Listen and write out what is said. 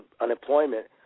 unemployment